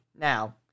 Now